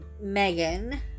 Megan